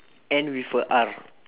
end with a R